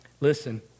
Listen